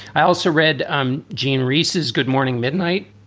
i also read um gene reeses, good morning midnight,